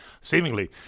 Seemingly